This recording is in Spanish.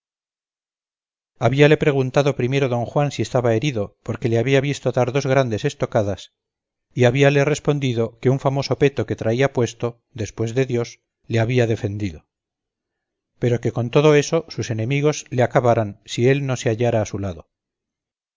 dello habíale preguntado primero don juan si estaba herido porque le había visto dar dos grandes estocadas y habíale respondido que un famoso peto que traía puesto después de dios le había defendido pero que con todo eso sus enemigos le acabaran si él no se hallara a su lado